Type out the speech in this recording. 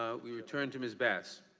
ah we returned to ms. bass.